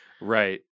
Right